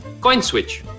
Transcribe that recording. CoinSwitch